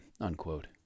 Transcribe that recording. unquote